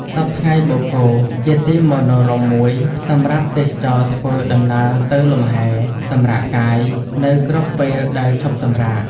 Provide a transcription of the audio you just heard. សព្វថ្ងៃបូកគោ ជាទីមនោរម្យមួយសម្រាប់ទេសចរណ៍ធ្វើ ដំណើរទៅលំហែ សម្រាកកាយ នៅគ្រប់ពេលដែលឈប់សម្រាក ។